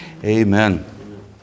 Amen